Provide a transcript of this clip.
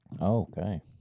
okay